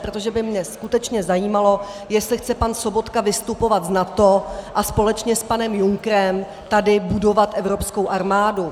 Protože by mě skutečně zajímalo, jestli chce pan Sobotka vystupovat z NATO a společně s panem Junckerem tady budovat evropskou armádu.